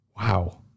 Wow